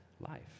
life